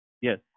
Yes